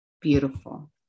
beautiful